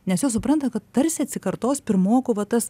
nes jos supranta kad tarsi atsikartos pirmokų va tas